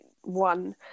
one